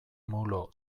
mulo